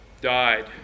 died